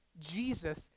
Jesus